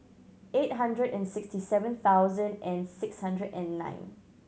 eight hundred and sixty seven thousand and six hundred and nine